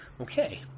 Okay